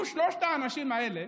לו שלושת האנשים האלה,